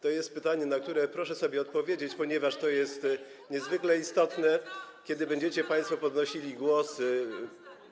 To jest pytanie, na które proszę sobie odpowiedzieć, ponieważ jest to niezwykle istotne, kiedy będziecie państwo podnosili głosy.